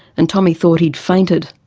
and tommy thought he'd fainted.